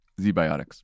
Z-biotics